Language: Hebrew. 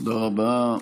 תודה רבה.